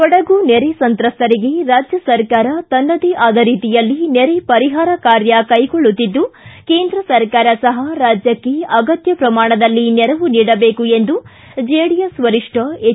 ಕೊಡಗು ನೆರೆ ಸಂತ್ರಸ್ತರಿಗೆ ರಾಜ್ಯ ಸರಕಾರ ತನ್ನದೇ ಆದ ರೀತಿಯಲ್ಲಿ ನೆರೆ ಪರಿಹಾರ ಕಾರ್ಯ ಕೈಗೊಳ್ಳುತ್ತಿದ್ದು ಕೇಂದ್ರ ಸರಕಾರ ಸಪ ರಾಜ್ಯಕ್ಕೆ ಅಗತ್ಯ ಪ್ರಮಾಣದಲ್ಲಿ ನೆರವು ನೀಡಬೇಕು ಎಂದು ಜೆಡಿಎಸ್ ವರಿಷ್ಣ ಎಚ್